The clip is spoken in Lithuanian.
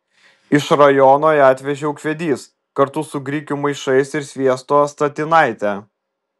iš rajono ją atvežė ūkvedys kartu su grikių maišais ir sviesto statinaite